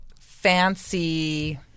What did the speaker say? fancy